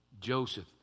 Joseph